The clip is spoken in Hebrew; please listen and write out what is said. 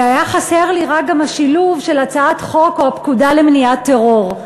והיה חסר לי רק גם השילוב של הצעת חוק או הפקודה למניעת טרור.